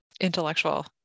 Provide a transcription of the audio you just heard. intellectual